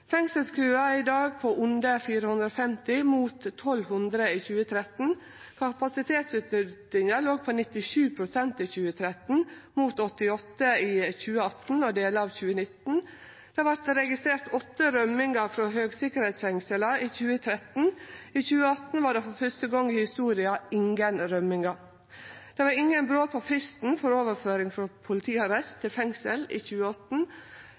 Fengselskøa er i dag på under 450, mot 1 200 i 2013. Kapasitetsutnyttinga låg på 97 pst. i 2013, mot 88 pst. i 2018 og delar av 2019. Det vart registrert åtte rømmingar frå høgsikkerheitsfengsla i 2013. I 2018 var det for fyrste gong i historia ingen rømmingar. Det var ingen brot på fristen for overføring frå politiarrest til fengsel i 2018.